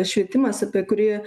švietimas apie kurį